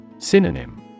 Synonym